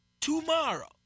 tomorrow